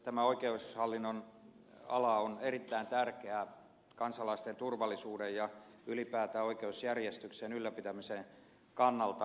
tämä oikeushallinnon ala on erittäin tärkeä kansalaisten turvallisuuden ja ylipäätään oikeusjärjestyksen ylläpitämisen kannalta